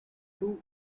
two